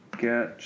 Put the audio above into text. get